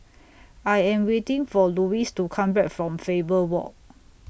I Am waiting For Louis to Come Back from Faber Walk